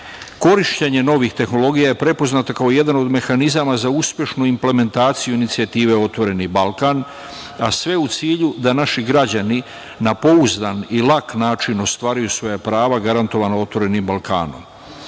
način. Korišćenje novih tehnologija je prepoznato kao jedan od mehanizama za uspešnu implementaciju inicijative „Otvoreni Balkan“, a sve u cilju da naši građani na pouzdan i lak način ostvaruju svoja prava garantovana „Otvorenim Balkanom“,